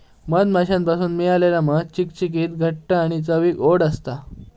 मधमाश्यांपासना मिळालेला मध चिकचिकीत घट्ट आणि चवीक ओड असता